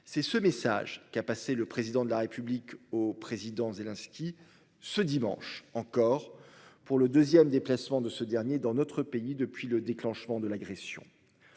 C'est ce message qu'il a passé le président de la République au président Zelensky ce dimanche encore pour le 2ème déplacement de ce dernier dans notre pays depuis le déclenchement de l'agression.